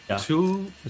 Two